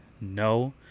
No